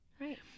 Right